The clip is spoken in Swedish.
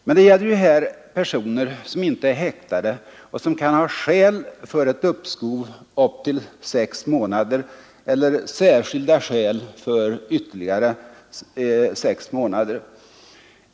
Men det gäller ju här personer som inte är häktade och som kan ha skäl för ett uppskov upp till sex månader eller särskilda skäl för ytterligare sex månader.